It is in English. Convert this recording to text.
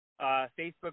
Facebook